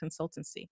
Consultancy